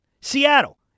Seattle